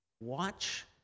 watch